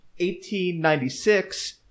1896